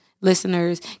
listeners